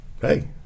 Hey